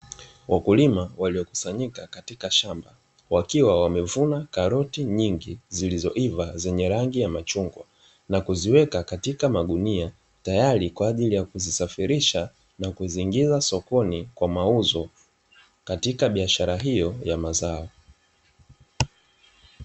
Wakulima waliokusanyika katika shamba wakiwa wamevuna karoti nyingi, zilizoiva zenye rangi ya machungwa na kuziweka katika magunia tayari kwa kuzisafirisha na kuziingiza sokoni kwa mauzo katika biashara hio ya mazao.